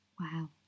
Wow